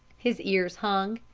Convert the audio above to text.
his ears hung,